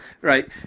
right